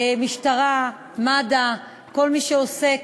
משטרה, מד"א, כל מי שעוסק